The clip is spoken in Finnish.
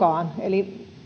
otetaan mukaan eli